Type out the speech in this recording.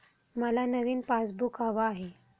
मला नवीन पासबुक हवं आहे